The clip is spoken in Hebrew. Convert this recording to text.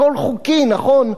הכול חוקי, נכון?